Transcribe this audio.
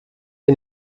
and